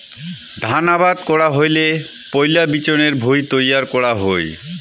ধান আবাদ করা হইলে পৈলা বিচনের ভুঁই তৈয়ার করা হই